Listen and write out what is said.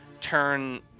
turn